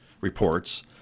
reports